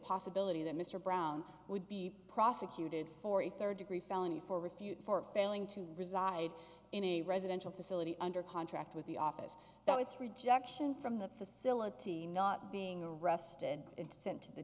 possibility that mr brown would be prosecuted for a third degree felony for refute for failing to reside in a residential facility under contract with the office that it's rejection from the facility not being arrested and sent to the